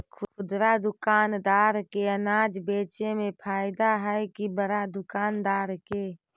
खुदरा दुकानदार के अनाज बेचे में फायदा हैं कि बड़ा दुकानदार के?